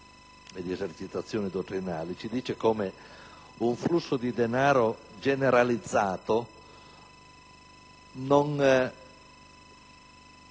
o esercitazioni dottrinali, ci spiega come un flusso di denaro generalizzato non